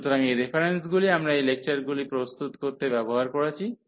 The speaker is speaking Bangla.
সুতরাং এই রেফারেন্সগুলি আমরা এই লেকচারগুলি প্রস্তুত করতে ব্যবহার করেছি